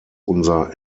unser